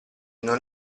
non